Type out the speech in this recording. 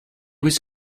was